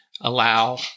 allow